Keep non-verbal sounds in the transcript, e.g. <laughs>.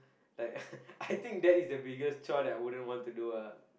like <laughs> I think that is the biggest chore that I wouldn't want to do ah